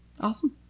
Awesome